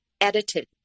edited